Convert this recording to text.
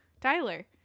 tyler